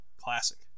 classic